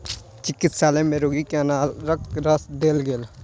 चिकित्सालय में रोगी के अनारक रस देल गेल